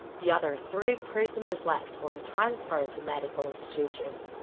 the other three prisoners left were transferred to medical institutions.